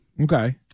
Okay